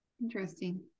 Interesting